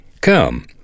Come